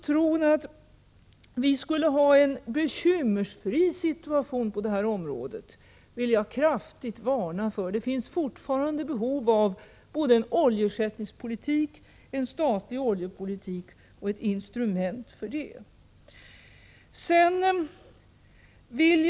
Tron att vi skulle ha en bekymmersfri situation på det här området vill jag alltså kraftigt varna för. Det finns fortfarande behov av såväl en oljeersättningspolitik och en statlig oljepolitik som ett instrument för drivandet härav.